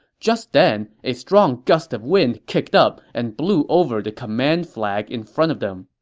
just then, a strong gust of wind kicked up and blew over the command flag in front of them.